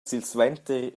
silsuenter